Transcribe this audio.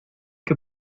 que